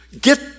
get